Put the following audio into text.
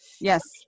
Yes